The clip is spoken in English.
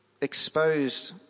exposed